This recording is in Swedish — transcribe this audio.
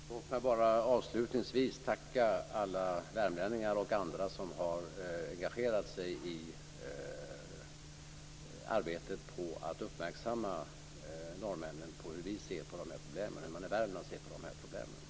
Fru talman! Låt mig bara avslutningsvis tacka alla värmlänningar och andra som har engagerat sig i arbetet med att uppmärksamma norrmännen på hur man i Värmland ser på dessa problem.